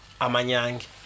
Amanyang